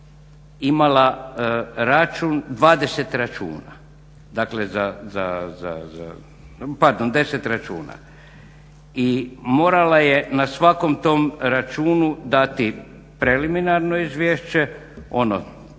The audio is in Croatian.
svaka stranka imala 10 računa i morala je na svakom tom računu dati preliminarno izvješće, ono